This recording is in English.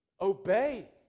obey